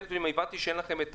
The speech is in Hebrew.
הבנתי שאין לכם את